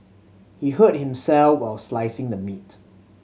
he hurt himself while slicing the meat